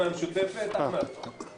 אורנה ברביבאי ואלעזר שטרן,